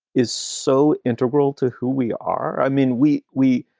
is so integral to who we are. i mean, we we,